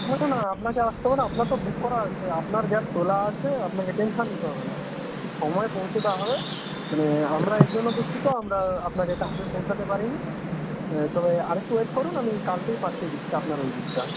না না আপনাকে আসতে হবে না আপনার তো বুক করা আছে আপনার গ্যাস তোলা আছে আপনাকে টেনশান নিতে হবে না ঠিক সময়ে পৌঁছে দেওয়া হবে মানে আমরা এর জন্য দুঃখিত আমরা আপনাকে এটা আগে পৌঁছতে পারিনি তবে আরেকটু ওয়েট করুন আমি কালকেই পাঠিয়ে দিচ্ছি আপনার ওই দিকটা